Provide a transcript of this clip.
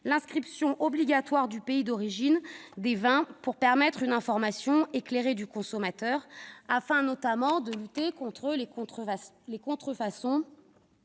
l'indication obligatoire du pays d'origine des vins, afin de permettre une information éclairée du consommateur et de lutter contre les contrefaçons